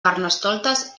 carnestoltes